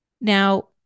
Now